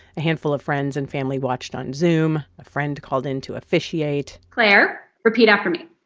a handful of friends and family watched on zoom. a friend called in to officiate claire, repeat after me.